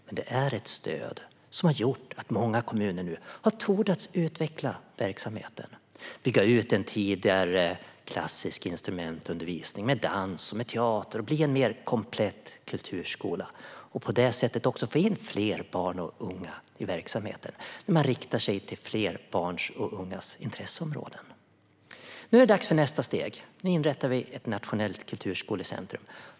Men det är ett stöd som har gjort att många kommuner nu har torts utveckla verksamheten, bygga ut den tidigare klassiska instrumentundervisningen med dans och teater och bli en mer komplett kulturskola och på det sättet få in fler barn och unga i verksamheten och rikta sig till fler barns och ungas intresseområden. Nu är det dags för nästa steg. Nu inrättar vi ett nationellt kulturskolecentrum.